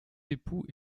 époux